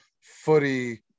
footy